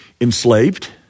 enslaved